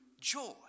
joy